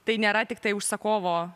tai nėra tiktai užsakovo